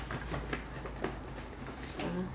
they they they 会 give you err